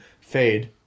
Fade